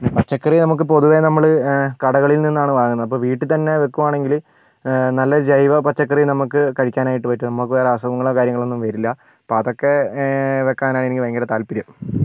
പച്ചക്കറി നമുക്ക് പൊതുവേ നമ്മൾ കടകളിൽ നിന്നാണ് വാങ്ങുന്നത് അപ്പോൾ വീട്ടിൽ തന്നെ വെക്കുവാണെങ്കിൽ നല്ല ജൈവ പച്ചക്കറി നമുക്ക് കഴിക്കാനായിട്ട് പറ്റും നമുക്ക് വേറെ അസുഖങ്ങളോ കാര്യങ്ങളൊന്നും വരില്ല അപ്പതൊക്കെ വെക്കാനാണ് എനിക്ക് ഭയങ്കര താല്പര്യം